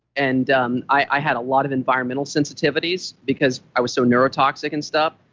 and um i had a lot of environmental sensitivities because i was so neurotoxic and stuff,